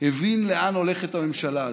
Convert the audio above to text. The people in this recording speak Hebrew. הבין לאן הולכת הממשלה הזאת: